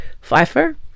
Pfeiffer